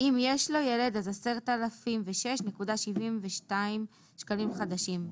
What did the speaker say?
אם יש לו ילד 10,006.72 שקלים חדשים.